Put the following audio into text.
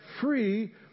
free